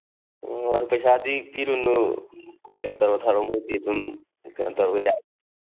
ꯑꯣ ꯑꯗꯨ ꯄꯩꯁꯥꯗꯤ ꯄꯤꯔꯨꯅꯨ ꯀꯩꯅꯣ ꯇꯧꯔ ꯊꯥꯔꯛꯑꯣ ꯃꯣꯏꯗꯤ ꯑꯗꯨꯝ ꯀꯩꯅꯣ ꯇꯧꯔꯒ ꯌꯥꯅꯤ